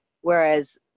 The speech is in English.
Whereas